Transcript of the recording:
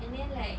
and then like